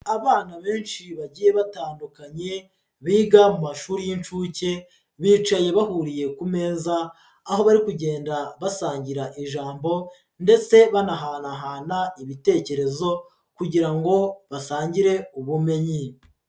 Abana benshi bagiye batandukanye biga mu mashuri y'inshuke bicaye bahuriye ku meza, aho bari kugenda basangira ijambo ndetse banahanahana ibitekerezo kugira ngo basangire ubumenyi.